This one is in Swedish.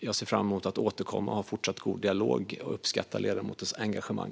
Jag ser fram emot att återkomma och ha en fortsatt god dialog, och jag uppskattar ledamotens engagemang.